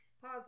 Pause